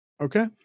Okay